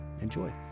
Enjoy